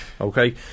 Okay